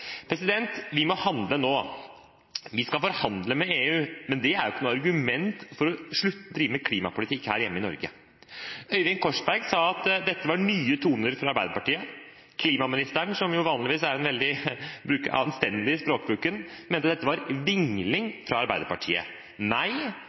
Vi må handle nå. Vi skal forhandle med EU, men det er jo ikke noe argument for å slutte å drive med klimapolitikk her hjemme i Norge. Representanten Øyvind Korsberg sa at dette var nye toner fra Arbeiderpartiet. Klimaministeren som jo vanligvis er veldig anstendig i språkbruken, mente dette var